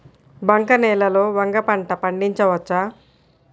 బంక నేలలో వంగ పంట పండించవచ్చా?